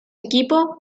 equipo